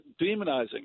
demonizing